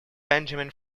benjamin